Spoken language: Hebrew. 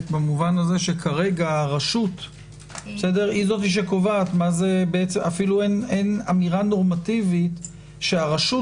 במובן הזה שכרגע הרשות היא זו שקובעת אפילו אין אמירה נורמטיבית שהרשות